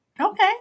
okay